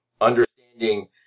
understanding